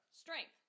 strength